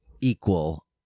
equal